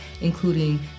including